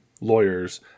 lawyers